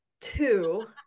two